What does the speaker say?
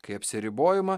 kai apsiribojama